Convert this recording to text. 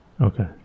Okay